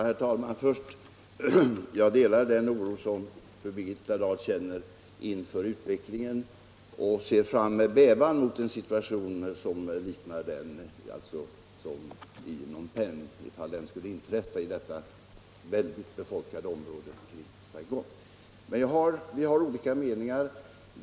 Herr talman! Jag delar den oro som fru Birgitta Dahl känner inför utvecklingen och ser med bävan fram mot att en situation som liknar den i Phnom Penh eventuellt skulle inträffa i det mycket befolkade området kring Saigon. Men vi har olika meningar.